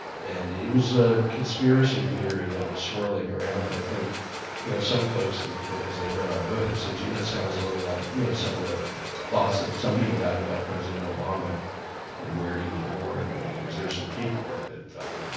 and it was a conspiracy theory that was swirling around that i think you know some folks as they read our book have said, gee, that sounds a little like, you know some of the thoughts that some people have about president obama and where he was born and is there some paperwork that fell